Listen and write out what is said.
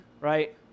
right